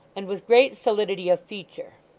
and with great solidity of feature.